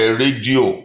radio